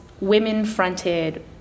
women-fronted